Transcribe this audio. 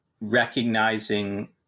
recognizing